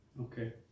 Okay